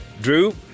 Drew